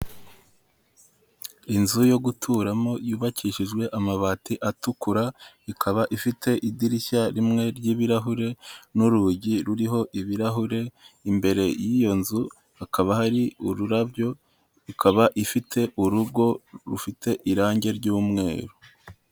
Inzu yo guturamo yubakishijwe amabati atukura ikaba ifite idirishya rimwe ry'ibirahure n'urugi ruriho ibirahure imbere y'iyo nzu hakaba hariho ururabyo ikaba ifite urugo rufite irangi ry'umweru.